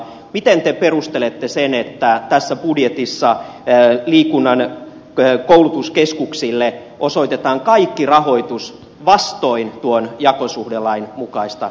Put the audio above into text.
miten te perustelette sen että tässä budjetissa liikunnan koulutuskeskuksille osoitetaan kaikki rahoitus vastoin tuon jakosuhdelain mukaista pelisääntöä